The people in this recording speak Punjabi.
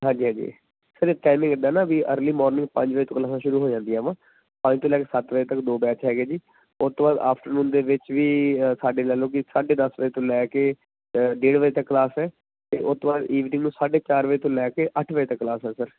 ਹਾਂਜੀ ਹਾਂਜੀ ਸਰ ਪਹਿਲੇ ਇੱਦਾਂ ਨਾ ਵੀ ਅਰਲੀ ਮੋਰਨਿੰਗ ਪੰਜ ਵਜੇ ਤੋਂ ਕਲਾਸਾਂ ਸ਼ੁਰੂ ਹੋ ਜਾਂਦੀਆਂ ਵਾ ਪੰਜ ਤੋਂ ਲੈ ਕੇ ਸੱਤ ਵਜੇ ਤੱਕ ਦੋ ਬੈਚ ਹੈਗੇ ਜੀ ਉਸ ਤੋਂ ਬਾਅਦ ਆਫਟਰਨੂਨ ਦੇ ਵਿੱਚ ਵੀ ਸਾਡੇ ਲੈ ਲਉ ਕਿ ਸਾਢੇ ਦਸ ਵਜੇ ਤੋਂ ਲੈ ਕੇ ਡੇਢ ਵਜੇ ਤੱਕ ਕਲਾਸ ਹੈ ਅਤੇ ਉਹ ਤੋਂ ਬਾਅਦ ਈਵਨਿੰਗ ਨੂੰ ਸਾਢੇ ਚਾਰ ਵਜੇ ਤੋਂ ਲੈ ਕੇ ਅੱਠ ਵਜੇ ਤੱਕ ਕਲਾਸ ਹੈ ਸਰ